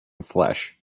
flesh